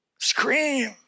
Scream